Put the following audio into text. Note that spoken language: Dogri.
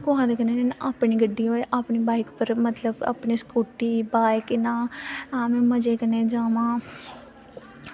कुसै कन्नै निं अपनी गड्डी होऐ अपनी बाईक मतलब स्कूटी बाईक इ'यां आमीं मजे कन्नै जावां